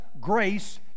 grace